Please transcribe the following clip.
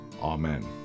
Amen